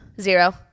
Zero